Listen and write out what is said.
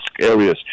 areas